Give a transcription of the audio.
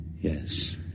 Yes